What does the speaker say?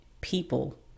people